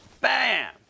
Bam